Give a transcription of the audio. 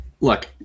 look